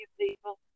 people